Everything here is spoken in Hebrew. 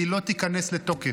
והיא לא תיכנס לתוקף.